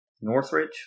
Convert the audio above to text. Northridge